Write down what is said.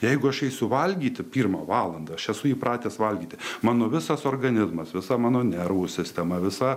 jeigu aš eisiu valgyti pirmą valandą aš esu įpratęs valgyti mano visas organizmas visa mano nervų sistema visa